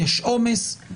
יש עומס,